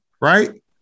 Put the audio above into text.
right